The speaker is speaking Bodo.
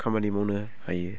खामानि मावनो हायो